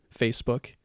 Facebook